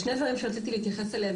שני דברים שרציתי להתייחס אליהם,